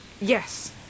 yes